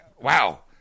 Wow